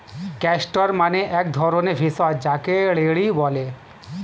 castor মানে এক ধরণের ভেষজ যাকে রেড়ি বলে